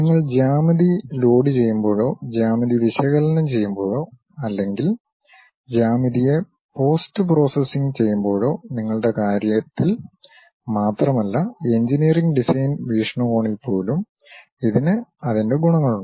നിങ്ങൾ ജ്യാമിതി ലോഡു ചെയ്യുമ്പോഴോ ജ്യാമിതി വിശകലനം ചെയ്യുമ്പോഴോ അല്ലെങ്കിൽ ജ്യാമിതിയെ പോസ്റ്റ് പ്രോസസ്സിംഗ് ചെയ്യുമ്പോഴോ നിങ്ങളുടെ കാര്യത്തിൽ മാത്രമല്ല എഞ്ചിനീയറിംഗ് ഡിസൈൻ വീക്ഷണകോണിൽപ്പോലും ഇതിന് അതിന്റെ ഗുണങ്ങളുണ്ട്